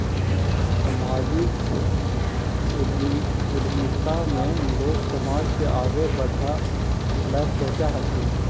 सामाजिक उद्यमिता में लोग समाज को आगे बढ़े ला सोचा हथीन